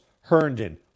Herndon